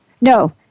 No